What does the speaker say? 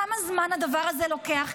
כמה זמן הדבר הזה לוקח,